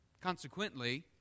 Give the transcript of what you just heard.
Consequently